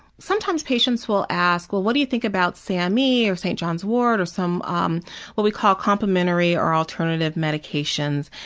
sometimes patients will ask, well, what do you think about same or st. john's wort or some um what we call complementary or alternative medications?